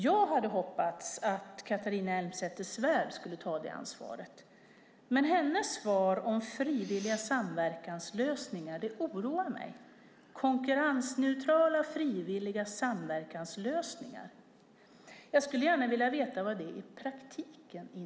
Jag hade hoppats att Catharina Elmsäter-Svärd skulle ta detta ansvar, men hennes svar om konkurrensneutrala, frivilliga samverkanslösningar oroar mig. Jag skulle gärna veta vad de innebär i praktiken.